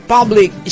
Public